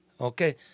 Okay